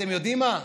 אתם יודעים מה?